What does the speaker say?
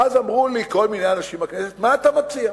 ואז אמרו לי כל מיני אנשים בכנסת: מה אתה מציע?